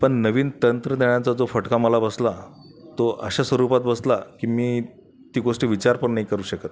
पण नवीन तंत्रज्ञानाचा जो फटका मला बसला तो अशा स्वरूपात बसला की मी ती गोष्ट विचार पण नाही करू शकत